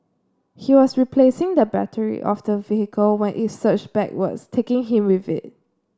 he was replacing the battery of the vehicle when it surged backwards taking him with it